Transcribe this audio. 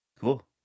Cool